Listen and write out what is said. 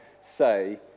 say